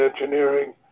engineering